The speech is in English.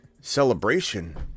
celebration